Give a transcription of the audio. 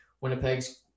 Winnipeg's